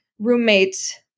roommates